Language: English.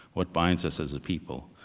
what binds us as a people?